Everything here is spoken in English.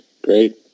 great